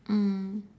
mm